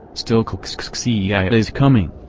still' clxxxiii yeah coming.